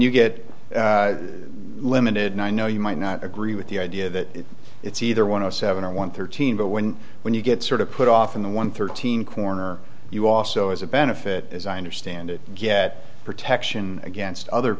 you get limited now i know you might not agree with the idea that it's either one or seven or one thirteen but when when you get sort of put off in the one thirteen corner you also as a benefit as i understand it get protection against other